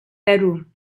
peru